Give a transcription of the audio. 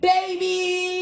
Baby